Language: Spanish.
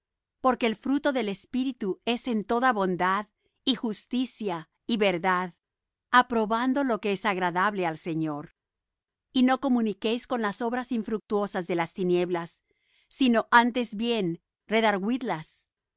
tinieblas mas ahora sois luz en el señor andad como hijos de luz porque el fruto del espíritu es en toda bondad y justicia y verdad aprobando lo que es agradable al señor y no comuniquéis con las obras infructuosas de las tinieblas sino antes bien